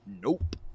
Nope